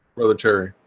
brother terry